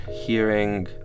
hearing